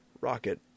Rocket